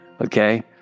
okay